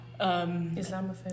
Islamophobia